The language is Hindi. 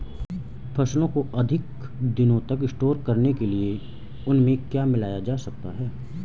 फसलों को अधिक दिनों तक स्टोर करने के लिए उनमें क्या मिलाया जा सकता है?